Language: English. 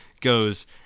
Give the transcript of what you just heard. goes